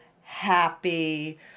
happy